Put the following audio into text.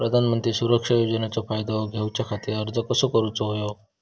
प्रधानमंत्री सुरक्षा योजनेचो फायदो घेऊच्या खाती अर्ज कसो भरुक होयो?